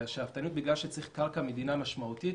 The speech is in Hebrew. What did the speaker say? אלא שאפתנות בגלל שצריך קרקע מדינה משמעותית.